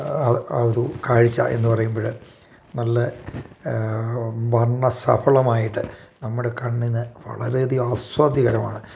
അ അ ഒരു കാഴ്ച എന്ന് പറയുമ്പോൾ നല്ല വർണ്ണ സഫലമായിട്ട് നമ്മുടെ കണ്ണിന് വളരെ അധികം ആസ്വാദ്യകരമാണ്